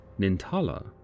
Nintala